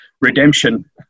redemption